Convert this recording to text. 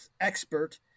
expert